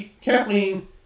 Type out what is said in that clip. Kathleen